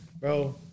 bro